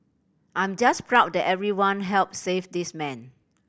I'm just proud that everyone helped save this man